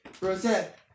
Rosette